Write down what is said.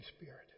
Spirit